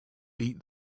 beat